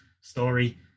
story